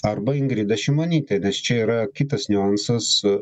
arba ingrida šimonytė nes čia yra kitas niuansas